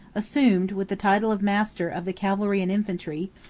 assumed, with the title of master of the cavalry and infantry,